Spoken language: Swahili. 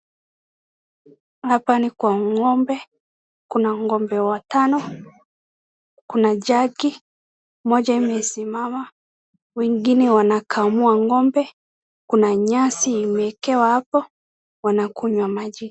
Hapa ni Kwa ng'ombe Kuna ng'ombe watano Kuna jagi moja imesimama wengine wanakamua ng'ombe Kuna nyasi imeekewa hapo wanakunywa maji.